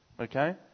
Okay